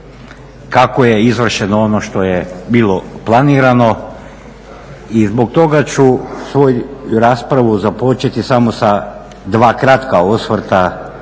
kako je izvršeno ono što je bilo planirano i zbog toga ću svoju raspravu započeti samo sa dva kratka osvrta